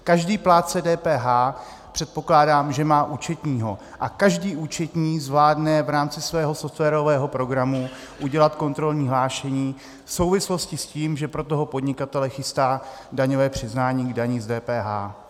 Každý plátce DPH, předpokládám, že má účetního, a každý účetní zvládne v rámci svého softwarového programu udělat kontrolní hlášení v souvislosti s tím, že pro toho podnikatele chystá daňové přiznání k daním z DPH.